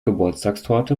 geburtstagstorte